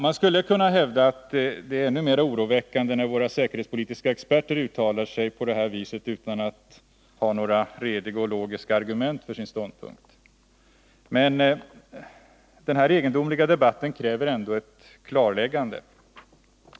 Man skulle kunna hävda att det är ännu mer oroväckande när våra säkerhetspolitiska experter uttalar sig på det här viset utan att ha några rediga och logiska argument för sin ståndpunkt. Den här egendomliga debatten kräver ändå ett klarläggande.